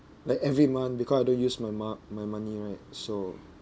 like every month because I don't use my mo~ my money right so